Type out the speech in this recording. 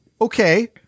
Okay